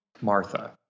Martha